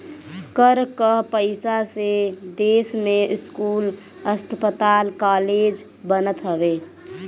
कर कअ पईसा से देस में स्कूल, अस्पताल कालेज बनत हवे